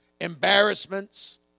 embarrassments